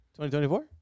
2024